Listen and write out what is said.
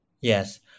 Yes